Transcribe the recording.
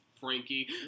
Frankie